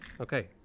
Okay